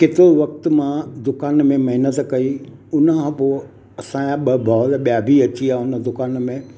केतिरो वक़्त मां दुकान में महिनत कई हुन खां पोइ असांजा ॿ भावर ॿिया बि अची विया दुकान में